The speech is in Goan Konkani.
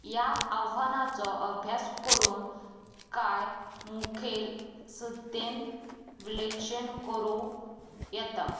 ह्या आव्हानाचो अभ्यास करून कांय मुखेल सत्तेन विलक्षण करूं येता